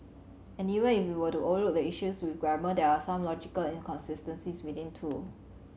and even if we were to overlook the issues with grammar there are some logical inconsistencies within too